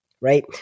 right